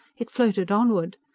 it floated onward.